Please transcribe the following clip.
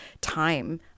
time